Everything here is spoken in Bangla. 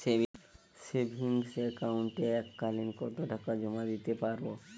সেভিংস একাউন্টে এক কালিন কতটাকা জমা দিতে পারব?